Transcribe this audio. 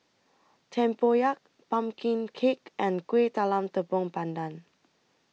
Tempoyak Pumpkin Cake and Kueh Talam Tepong Pandan